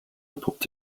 entpuppt